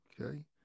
okay